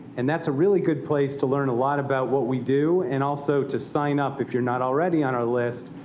and that's a really good place to learn a lot about what we do, and also to sign up, if you're not already on our list,